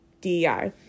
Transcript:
DEI